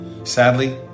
Sadly